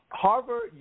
Harvard